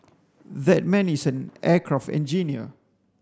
that man is an aircraft engineer